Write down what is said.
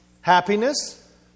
Happiness